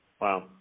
Wow